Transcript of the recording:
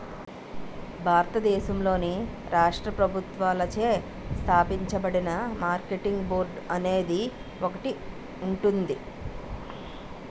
భారతదేశంలోని రాష్ట్ర ప్రభుత్వాలచే స్థాపించబడిన మార్కెటింగ్ బోర్డు అనేది ఒకటి ఉంటుంది